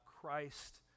Christ